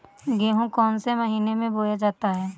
गेहूँ कौन से महीने में बोया जाता है?